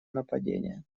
нападения